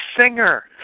singer